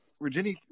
Virginia